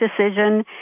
Decision